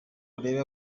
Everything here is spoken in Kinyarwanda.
urebe